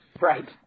Right